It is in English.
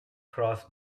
cross